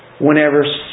whenever